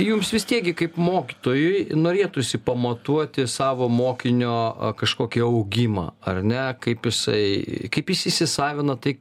jums vis tiek gi kaip mokytojui norėtųsi pamatuoti savo mokinio kažkokį augimą ar ne kaip jisai kaip jis įsisavina tai